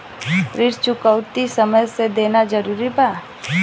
ऋण चुकौती समय से देना जरूरी बा?